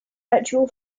ritual